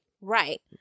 Right